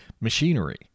machinery